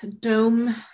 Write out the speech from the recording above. dome